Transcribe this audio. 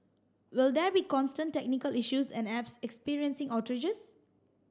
will there be constant technical issues and apps experiencing outrages